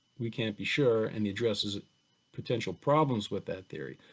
we can't be sure and he addresses potential problems with that theory,